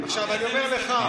אני אומר לך,